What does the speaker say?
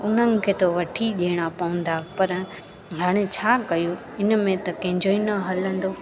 उनखे त वठी ॾियणा पवंदा पर हाणे छा कयूं हिन में त कंहिंजो ई न हलंदो